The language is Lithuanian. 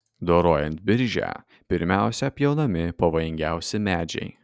dorojant biržę pirmiausia pjaunami pavojingiausi medžiai